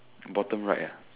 bottom right ah